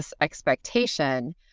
expectation